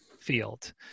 field